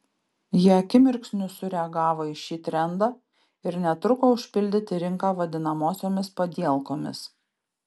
jie akimirksniu sureagavo į šį trendą ir netruko užpildyti rinką vadinamosiomis padielkomis